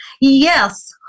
Yes